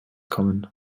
kommen